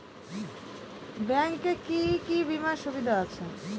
Bank এ কি কী বীমার সুবিধা আছে?